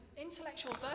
intellectual